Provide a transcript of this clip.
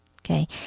okay